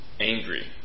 angry